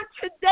today